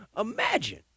imagine